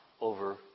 over